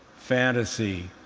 fantasy,